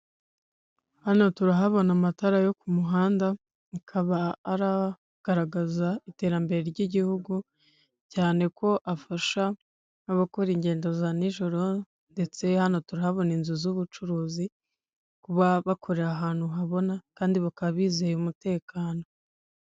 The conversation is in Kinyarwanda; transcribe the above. Hano turahabona amatara yo ku muhanda akaba ari agaragaza iterambere ry'igihugu cyane ko afasha abakora ingendo za nijoro ndetse hano turahabona abakora inzu z'ubucuruzi kuba bakorera ahantu habona kandi bakaba bizeye umutekano.